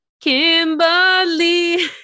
Kimberly